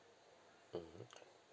mm okay